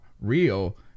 real